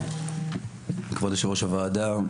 כבוד יושב-ראש הוועדה,